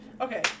Okay